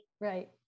Right